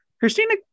Christina